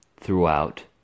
throughout